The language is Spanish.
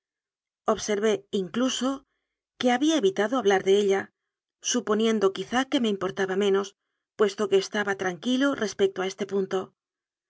observé incluso que había evitado hablar de ella suponiendo quizá que me importaba menos puesto que estaba tan tran quilo respecto a este punto